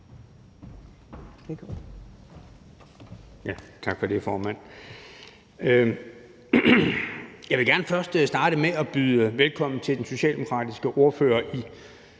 Tak for det, formand. Jeg vil gerne starte med at byde velkommen til den socialdemokratiske ordfører i